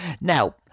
Now